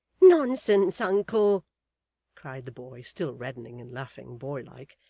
nonsense, uncle cried the boy, still reddening and laughing, boy-like.